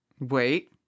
Wait